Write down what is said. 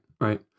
right